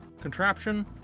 contraption